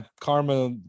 Karma